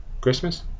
Christmas